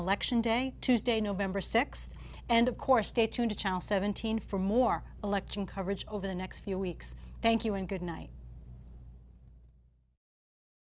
election day tuesday november sixth and of course stay tuned a chance seventeen for more election coverage over the next few weeks thank you and good night